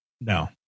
no